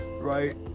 right